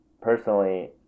personally